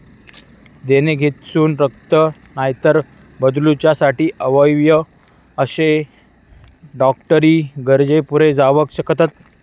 देणगेतसून रक्त, नायतर बदलूच्यासाठी अवयव अशे डॉक्टरी गरजे पुरे जावक शकतत